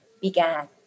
began